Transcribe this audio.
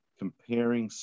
comparing